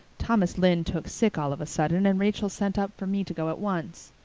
thomas lynde took sick all of a sudden and rachel sent up for me to go at once.